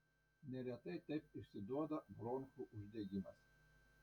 neretai taip išsiduoda bronchų uždegimas